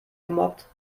gemobbt